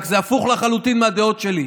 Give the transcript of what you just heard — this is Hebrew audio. רק זה הפוך לחלוטין מהדעות שלי.